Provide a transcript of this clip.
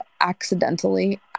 accidentally